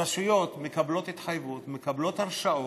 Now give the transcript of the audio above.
הרשויות מקבלות התחייבות, מקבלות הרשאות,